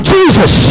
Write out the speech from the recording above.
Jesus